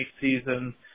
season